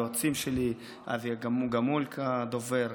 היועצים שלי: אבי גמולקה הדובר,